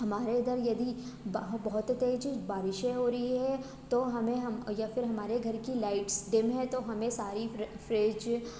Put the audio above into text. हमारे इधर यदि बह बहुत तेज़ बारिशें हो रही हैं तो हमें हम या फिर हमारे घर की लाइट्स डिम है तो हमें सारे फ्रिज